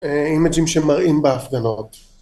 אימג'ים שמראים בהפגנות.